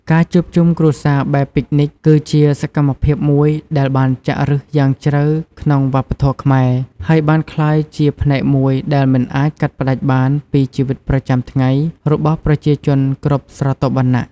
ការជួបជុំគ្រួសារបែបពិកនិច គឺជាសកម្មភាពមួយដែលបានចាក់ឫសយ៉ាងជ្រៅក្នុងវប្បធម៌ខ្មែរ ហើយបានក្លាយជាផ្នែកមួយដែលមិនអាចកាត់ផ្តាច់បានពីជីវិតប្រចាំថ្ងៃរបស់ប្រជាជនគ្រប់ស្រទាប់វណ្ណៈ។